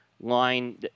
line